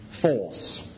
force